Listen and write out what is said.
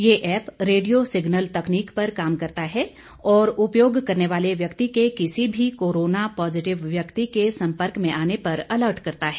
ये app radio signal तकनीक पर काम करता है और उपयोग करने वाले व्यक्ति के किसी भी कोरोना पॉजिटिव व्यक्ति के सम्पर्क में आने पर अलर्ट करता है